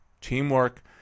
teamwork